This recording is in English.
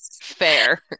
Fair